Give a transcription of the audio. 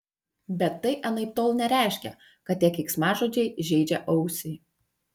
bet tai anaiptol nereiškia kad tie keiksmažodžiai žeidžia ausį